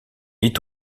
est